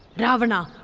ravana!